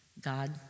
God